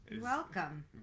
welcome